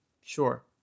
sure